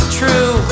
true